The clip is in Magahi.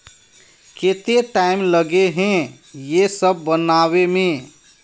केते टाइम लगे है ये सब बनावे में?